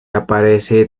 aparece